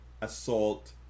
assault